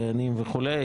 דיינים וכולי.